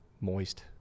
moist